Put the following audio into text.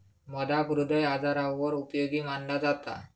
मधाक हृदय आजारांवर उपयोगी मनाला जाता